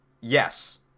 yes